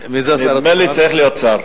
נדמה לי שצריך להיות שר.